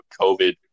COVID